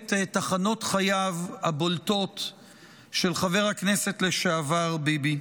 את תחנות חייו הבולטות של חבר הכנסת לשעבר ביבי,